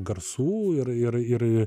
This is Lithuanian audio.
garsų ir ir ir